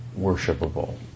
worshipable